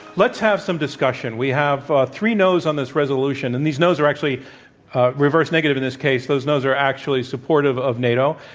let's have some discussion. we have three no's on this resolution, and these no's are actually reverse negative, in this case. those no's are actually supportive of nato,